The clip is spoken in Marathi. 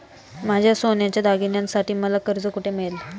माझ्या सोन्याच्या दागिन्यांसाठी मला कर्ज कुठे मिळेल?